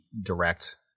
direct